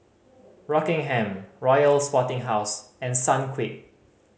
Rockingham Royal Sporting House and Sunquick